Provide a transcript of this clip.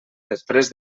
després